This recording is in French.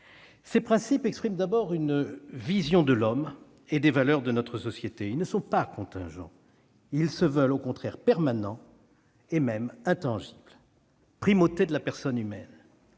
Ces principes expriment d'abord une vision de l'homme et des valeurs de notre société. Ils ne sont pas contingents. Ils se veulent au contraire permanents, et même intangibles : primauté de la personne humaine